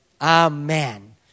Amen